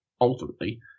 ultimately